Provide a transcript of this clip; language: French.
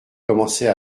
commençait